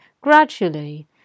gradually